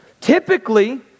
typically